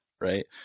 right